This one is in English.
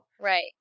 Right